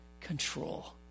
control